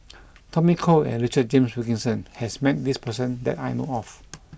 Tommy Koh and Richard James Wilkinson has met this person that I know of